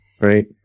right